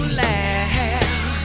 laugh